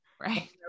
Right